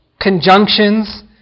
conjunctions